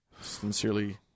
Sincerely